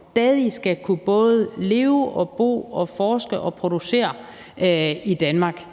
at man stadig skal kunne både leve og bo og forske og producere i Danmark,